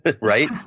right